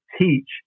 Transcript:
teach